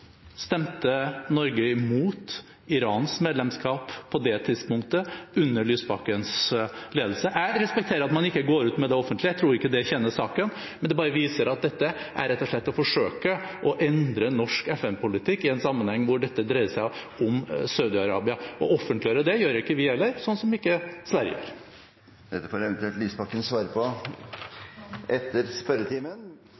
Stemte Norge imot Irans medlemskap på det tidspunktet, under Lysbakkens ledelse? Jeg respekterer at man ikke går ut med det offentlig, jeg tror ikke det tjener saken, men det bare viser at dette er rett og slett å forsøke å endre norsk FN-politikk i en sammenheng hvor dette dreier seg om Saudi-Arabia. Å offentliggjøre det gjør ikke vi, slik som heller ikke Sverige gjør. Dette får eventuelt representanten Lysbakken svare